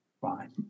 fine